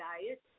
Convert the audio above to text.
diet